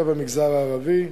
למגזר הערבי.